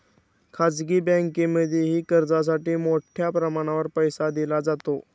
खाजगी बँकांमध्येही कर्जासाठी मोठ्या प्रमाणावर पैसा दिला जातो